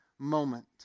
Moment